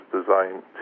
designed